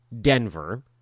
Denver